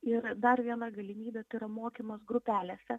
ir dar viena galimybė tai yra mokymas grupelėse